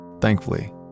Thankfully